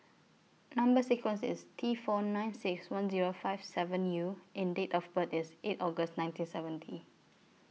Number sequence IS T four nine six one Zero five seven U and Date of birth IS eight August nineteen seventy